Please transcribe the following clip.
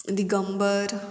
Digambar